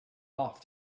off